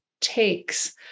takes